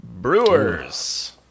Brewers